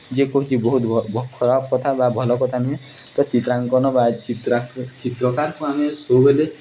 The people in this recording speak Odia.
ଯିଏ କହୁଛି ବହୁତ ଖରାପ କଥା ବା ଭଲ କଥା ନୁହେଁ ତ ଚିତ୍ରାଙ୍କନ ବା ଚିତ୍ରକାରଙ୍କୁ ଆମେ ସବୁ ହେଲେ